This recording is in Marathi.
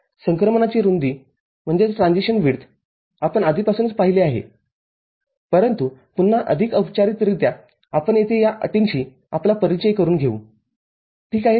संक्रमणाची रुंदी आपण आधीपासून पाहिली आहेपरंतु पुन्हा अधिक औपचारिकरित्या आपण येथे या अटींशी आपला परिचय करून घेऊ ठीक आहे